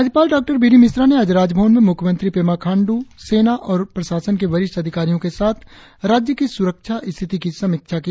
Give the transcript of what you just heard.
राज्यपाल डॉ B D Mishra ने आज राजभवन में मुख्यमंत्री पेमा खांडू सेना और प्रशासन के वरिष्ठ अधिकारियों के साथ राज्य की सुरक्षा स्थिति की समीक्षा की